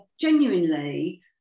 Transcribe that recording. genuinely